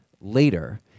later